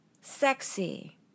Sexy